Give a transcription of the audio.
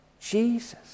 Jesus